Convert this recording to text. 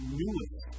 newest